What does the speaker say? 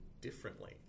differently